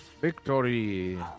victory